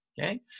Okay